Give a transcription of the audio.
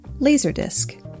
Laserdisc